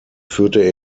führte